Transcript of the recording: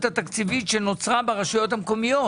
התקציבית שנוצרה ברשויות המקומיות